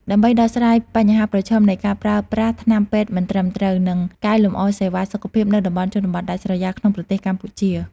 ដើម្បីដោះស្រាយបញ្ហាប្រឈមនៃការប្រើប្រាស់ថ្នាំពេទ្យមិនត្រឹមត្រូវ និងកែលម្អសេវាសុខភាពនៅតំបន់ជនបទដាច់ស្រយាលក្នុងប្រទេសកម្ពុជា ។